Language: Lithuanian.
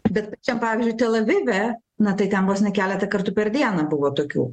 bet čia pavyzdžiui tel avive na tai ten vos ne keletą kartų per dieną buvo tokių